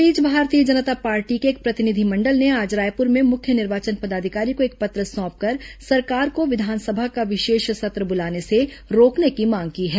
इस बीच भारतीय जनता पार्टी के एक प्रतिनिधिमंडल ने आज रायपुर में मुख्य निर्वाचन पदाधिकारी को एक पत्र सौंपकर सरकार को विधानसभा का विशेष सत्र बुलाने से रोकने की मांग की है